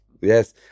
Yes